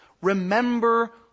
remember